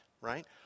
right